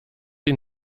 ihn